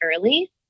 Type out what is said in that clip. early